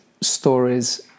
stories